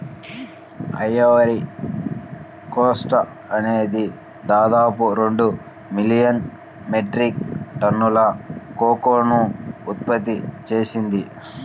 Ivory Coast అనేది దాదాపు రెండు మిలియన్ మెట్రిక్ టన్నుల కోకోను ఉత్పత్తి చేసింది